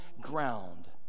ground